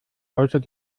außer